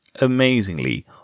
Amazingly